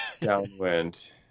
downwind